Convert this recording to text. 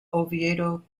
oviedo